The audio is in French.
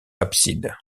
abside